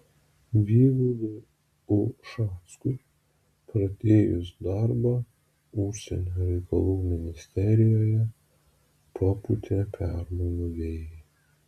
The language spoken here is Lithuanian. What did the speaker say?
vygaudui ušackui pradėjus darbą užsienio reikalų ministerijoje papūtė permainų vėjai